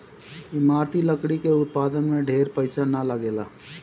इमारती लकड़ी के उत्पादन में ढेर पईसा ना लगेला